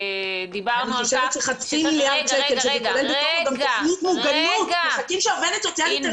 אני חושבת שחצי מיליארד שקל שכולל בתוכו מוגנות --- ענבל,